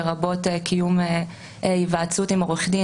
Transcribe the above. לרבות קיום היוועצות עם עורך דין,